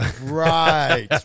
Right